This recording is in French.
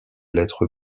lettres